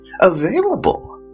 Available